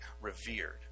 revered